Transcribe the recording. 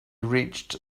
reached